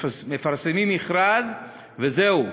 מפרסמים מכרז וזהו.